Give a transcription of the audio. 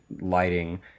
lighting